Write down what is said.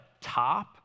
top